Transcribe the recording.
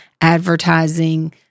advertising